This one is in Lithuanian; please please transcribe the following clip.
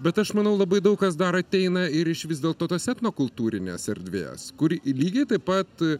bet aš manau labai daug kas dar ateina ir iš vis dėlto tos etnokultūrinės erdvės kuri lygiai taip pat